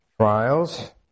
trials